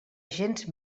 gens